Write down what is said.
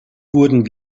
wurden